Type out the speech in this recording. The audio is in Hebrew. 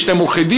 יש להם עורכי-דין,